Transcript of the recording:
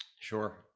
Sure